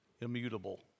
immutable